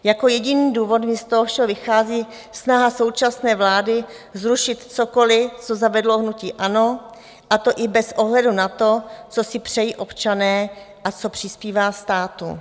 Jako jediný důvod mi z toho všeho vychází snaha současné vlády zrušit cokoliv, co zavedlo hnutí ANO, a to i bez ohledu na to, co si přejí občané a co přispívá státu.